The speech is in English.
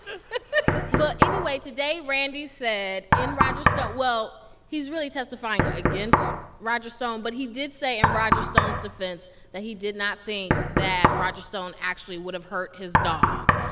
but anyway, today, randy said in roger stone well, he's really testifying against roger stone. but he did say in roger stone's defense that he did not think that roger stone actually would have hurt his dog.